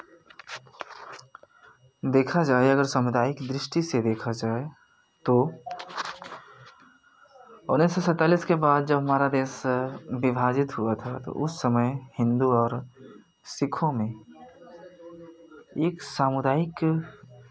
देखा जाए अगर सामुदायिक दृष्टि से देखा जाए तो उन्नीस सौ सैंतालिस के बाद जब हमारा देश विभाजित हुआ था तो उस समय हिन्दू और सिखों में एक सामुदायिक